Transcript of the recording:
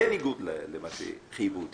בניגוד למה שחייבו אותי.